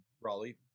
Raleigh